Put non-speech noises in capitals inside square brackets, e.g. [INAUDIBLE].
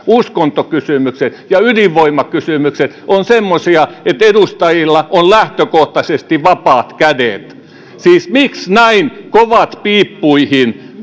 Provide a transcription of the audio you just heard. uskontokysymykset ja ydinvoimakysymykset ovat semmoisia että edustajilla on lähtökohtaisesti vapaat kädet siis miksi näin kovat piippuihin [UNINTELLIGIBLE]